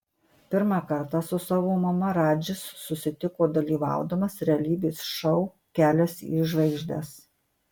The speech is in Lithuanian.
pirmą kartą su savo mama radžis susitiko dalyvaudamas realybės šou kelias į žvaigždes